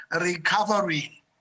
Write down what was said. recovery